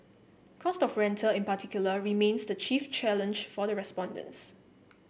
cost of rental in particular remains the chief challenge for the respondents